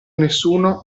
nessuno